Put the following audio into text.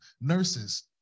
nurses